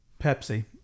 Pepsi